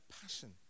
passion